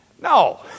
No